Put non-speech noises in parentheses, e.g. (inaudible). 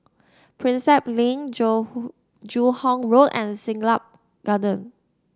Prinsep Link (unintelligible) Joo Hong Road and Siglap Garden